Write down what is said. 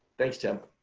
thanks tim.